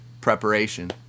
preparation